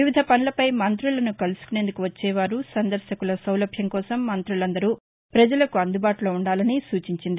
వివిధ పసులపై మంత్రులను కలుసుకునేందుకు వచ్చేవారు సందర్శకుల సౌలభ్యం కోసం మంకులందరూ పజలకు అందుబాటులో వుండాలని సూచించింది